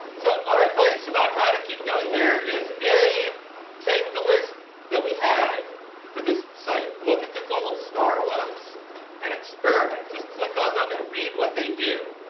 so, our advice about how to keep going here is a take the list that we had for this site. look at the gold star ones and experiment. just click on them and read what they do.